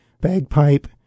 bagpipe